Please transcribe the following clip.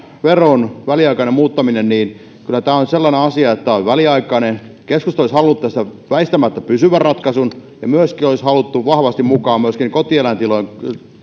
veron väliaikainen muuttaminen on kyllä sellainen asia että tämä on väliaikainen keskusta olisi halunnut tästä väistämättä pysyvän ratkaisun ja myöskin olisi haluttu vahvasti mukaan kotieläintilojen